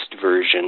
version